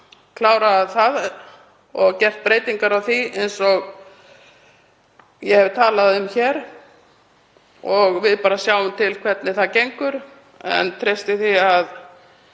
klárað það og gert breytingar á því eins og ég hef talað um hér. Við sjáum til hvernig það gengur en ég treysti því að